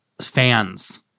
fans